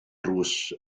drws